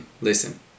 listen